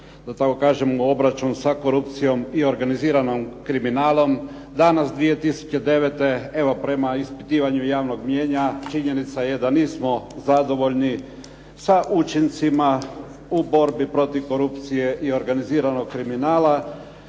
da tako kažem u obračun sa korupcijom i organiziranim kriminalom. Danas 2009., evo prema ispitivanju javnom mnijenja činjenica je da nismo zadovoljni sa učincima u borbi protiv korupcije i organiziranog kriminala,